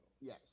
Yes